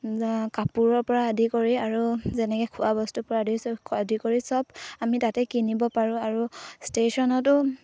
কাপোৰৰপৰা আদি কৰি আৰু যেনেকৈ খোৱা বস্তুৰপৰা আদি কৰি চব আদি কৰি চব আমি তাতে কিনিব পাৰোঁ আৰু ষ্টেচনতো